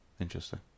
interesting